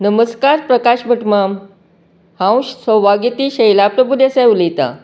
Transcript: नमस्कार प्रकाश भट माम हांव सौभाग्यवती शैला प्रभुदेसाय उलयतां